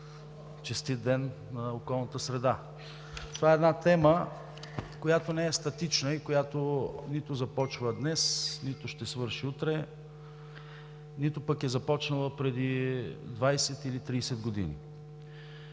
Честит Ден на околната среда! Това е една тема, която не е статична и която нито започва днес, нито ще свърши утре, нито пък е започнала преди 20 или 30 години.